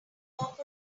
off